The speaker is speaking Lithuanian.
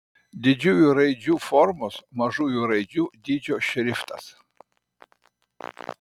didžiųjų raidžių formos mažųjų raidžių dydžio šriftas